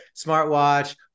smartwatch